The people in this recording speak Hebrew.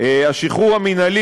השחרור המינהלי,